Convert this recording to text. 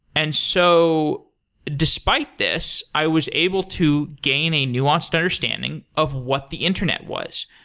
and so despite this, i was able to gain a nuanced understanding of what the internet was.